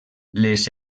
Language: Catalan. les